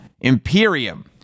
Imperium